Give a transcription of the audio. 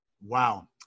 wow